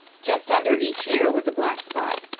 just under each ear was a black spot.